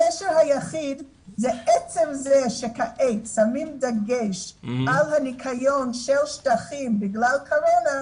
הקשר היחיד זה עצם זה שכעת שמים דגש על ניקיון שטחים בגלל הקורונה,